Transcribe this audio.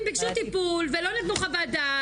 הם ביקשו טיפול ולא נתנו חוות דעת,